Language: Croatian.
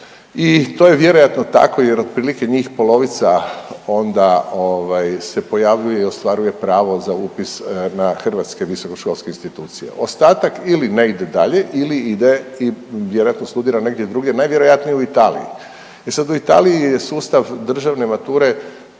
i to je vjerojatno tako jer otprilike njih polovica onda se pojavljuju i ostvaruju pravo na upis na hrvatske visokoškolske institucije. Ostatak ili ne ide dalje ili ide ili vjerojatno studira negdje drugdje, najvjerojatnije u Italiji. E sad u Italiji je sustav državne mature